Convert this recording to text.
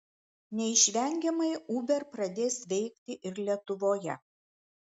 neišvengiamai uber pradės veikti ir lietuvoje